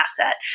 asset